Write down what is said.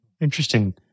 Interesting